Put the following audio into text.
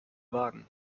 wagen